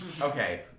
Okay